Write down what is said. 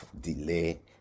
delay